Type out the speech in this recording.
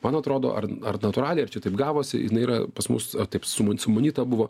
man atrodo ar ar natūraliai ar čia taip gavosi jinai yra pas mus taip sumun sumanyta buvo